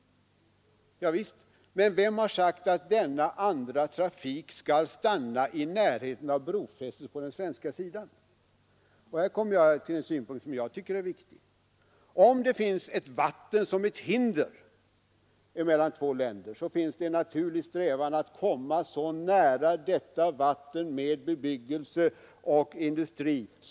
Men vem har sagt att denna andra trafik skall stanna i närheten av brofästet på den svenska sidan? Här kommer jag till en synpunkt som jag tycker är viktig. Om ett vatten utgör ett hinder mellan två länder, finns en naturlig strävan att komma så nära detta vatten som möjligt med bebyggelse och industri.